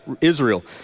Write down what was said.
Israel